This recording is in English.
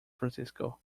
francisco